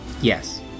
Yes